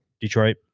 Detroit